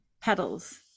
petals